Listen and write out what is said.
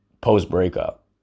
post-breakup